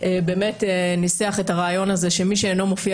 באמת ניסח את הרעיון הזה שמי שאינו מופיע